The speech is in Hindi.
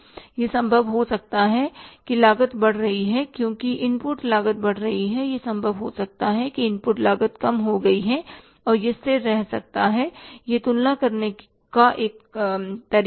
यह संभव हो सकता है कि लागत बढ़ रही है क्योंकि इनपुट लागत बढ़ रही है यह संभव हो सकता है कि इनपुट लागत कम हो गई है और यह स्थिर रह सकता है यह तुलना करने का एक तरीका है